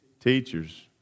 teachers